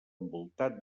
envoltat